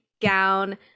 gown